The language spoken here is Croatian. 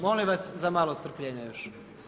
Molim vas za malo strpljenja još.